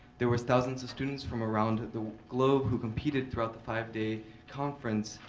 there was thousands of students from around the globe who competed through the five day conference,